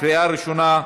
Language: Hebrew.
קריאה ראשונה,